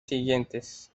siguientes